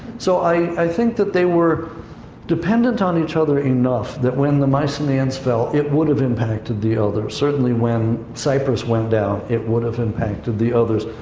so, i think that they were dependent on each other enough that when the mycenaeans fell, it would have impacted the others. certainly, when cyprus went down, it would have impacted the others.